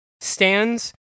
stands